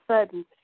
sudden